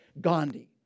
Gandhi